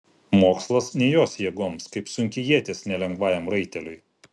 mokslas ne jos jėgoms kaip sunki ietis ne lengvajam raiteliui